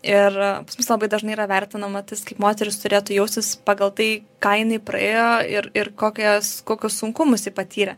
ir labai dažnai yra vertinama tas kaip moteris turėtų jaustis pagal tai ką jinai praėjo ir ir kokias kokius sunkumus ji patyrė